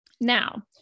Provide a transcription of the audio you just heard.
Now